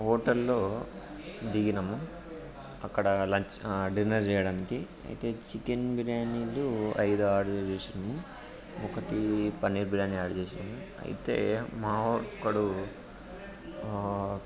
హోటల్లో దిగినాము అక్కడ లంచ్ డిన్నర్ చేయడానికి అయితే చికెన్ బిర్యానీలు ఐదు ఆర్డర్ చేసినాము ఒకటి పన్నీర్ బిర్యానీ ఆర్డర్ చేసినాము అయితే మావాడు ఒక్కడు